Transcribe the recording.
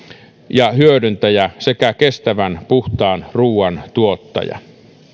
ja hyödyntäjä sekä kestävän puhtaan ruuan tuottaja